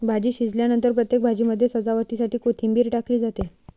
भाजी शिजल्यानंतर प्रत्येक भाजीमध्ये सजावटीसाठी कोथिंबीर टाकली जाते